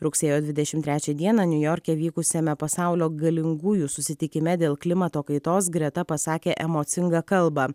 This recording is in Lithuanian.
rugsėjo dvidešim trečią dieną niujorke vykusiame pasaulio galingųjų susitikime dėl klimato kaitos greta pasakė emocingą kalbą